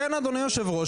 אדוני יושב הראש,